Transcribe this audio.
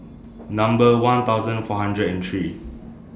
nuber one thousand four hundred and three